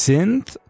Synth